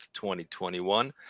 2021